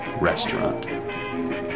restaurant